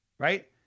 Right